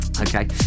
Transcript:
Okay